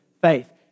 faith